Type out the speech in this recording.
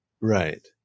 Right